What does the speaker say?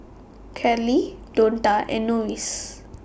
Carlyle Donta and Lois